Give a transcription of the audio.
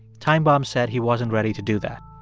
time bomb said he wasn't ready to do that.